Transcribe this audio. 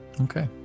Okay